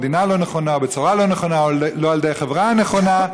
או במדינה לא נכונה או לא על ידי החברה הנכונה,